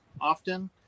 often